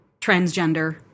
transgender